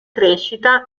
crescita